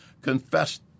confessed